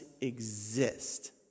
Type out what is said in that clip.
exist